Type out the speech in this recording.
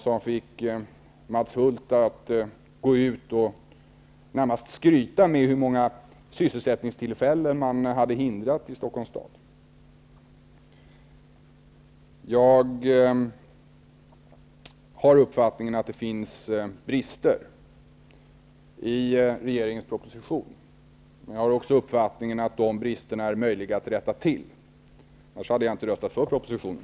Den fick Mats Hulth att gå ut och närmast skryta med hur många sysselsättningstillfällen man hade hindrat i Jag har den uppfattningen att det finns brister i regeringens proposition, men jag har också uppfattningen att de bristerna är möjliga att rätta till. Annars hade jag inte röstat för propositionen.